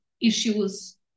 issues